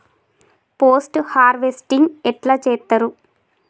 Post harvesting ఎట్ల చేత్తరు?